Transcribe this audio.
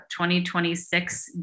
2026